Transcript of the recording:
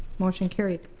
motion carried.